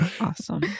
awesome